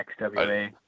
XWA